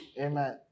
Amen